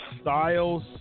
Styles